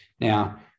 Now